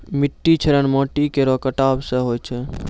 मिट्टी क्षरण माटी केरो कटाव सें होय छै